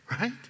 right